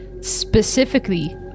specifically